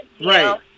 Right